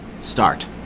start